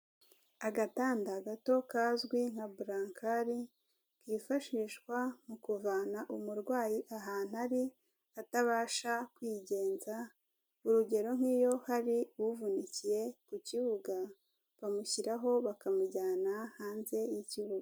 Agatanda gato kazwi nka burankari yifashishwa mu kuvana umurwayi ahantu ari atabasha kwigenza, urugero nk'iyo hari uvunikiye ku kibuga, bamushyiraho bakamujyana hanze y'ikibuga.